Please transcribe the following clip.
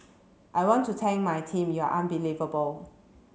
I want to thank my team you're unbelievable